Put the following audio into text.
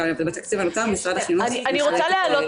ובתקציב הנותר משרד החינוך --- בסדר.